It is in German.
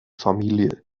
familie